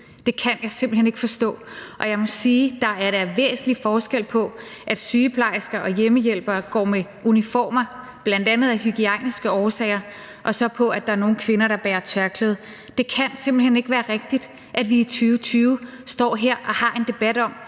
Det kan jeg simpelt hen ikke forstå. Og jeg må sige, at der da er væsentlig forskel på, at sygeplejersker og hjemmehjælpere går med uniformer, bl.a. af hygiejniske årsager, og så at der er nogle kvinder, der bærer tørklæde. Det kan simpelt hen ikke være rigtigt, at vi i 2020 står her og har en debat om,